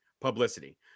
publicity